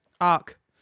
arc